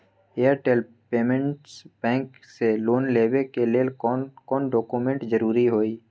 Airtel payments bank से loan लेवे के ले कौन कौन डॉक्यूमेंट जरुरी होइ?